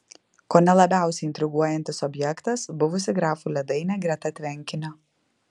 kone labiausiai intriguojantis objektas buvusi grafų ledainė greta tvenkinio